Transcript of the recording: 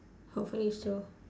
hopefully so